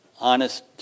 honest